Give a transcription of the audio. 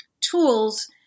tools